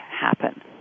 happen